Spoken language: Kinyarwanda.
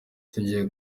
tugiye